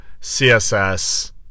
CSS